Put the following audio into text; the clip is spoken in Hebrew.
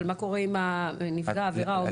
אבל מה קורה אם נפגע העברה אומר?